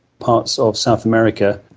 parts of south america.